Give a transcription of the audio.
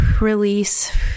release